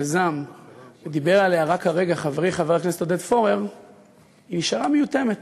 יזם ודיבר עליה רק הרגע חברי חבר הכנסת עודד פורר נשארה מיותמת.